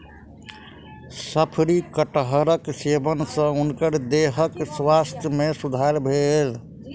शफरी कटहरक सेवन सॅ हुनकर देहक स्वास्थ्य में सुधार भेल